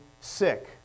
sick